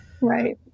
Right